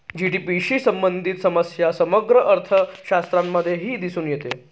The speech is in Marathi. जी.डी.पी शी संबंधित समस्या समग्र अर्थशास्त्रामध्येही दिसून येते